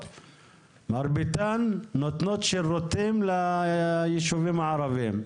מרביתן נותנות שירותים לישובים הערבים.